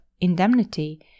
indemnity